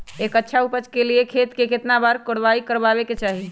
एक अच्छा उपज के लिए खेत के केतना बार कओराई करबआबे के चाहि?